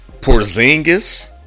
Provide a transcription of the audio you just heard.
Porzingis